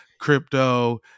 crypto